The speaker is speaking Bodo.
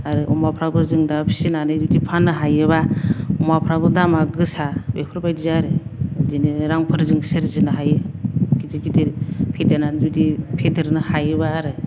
आरो अमाफ्राबो जों दा फिसिनानै जुदि फान्नो हायोबा अमाफ्राबो दामा गोसा बेफोरबायदि आरो बिदिनो रांफोर जों सोरजिनो हायो गिदिर गिदिर फेदेरनानै बिदि फेदेरनो हायोबा आरो